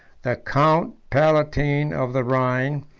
the count palatine of the rhine,